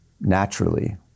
naturally